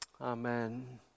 Amen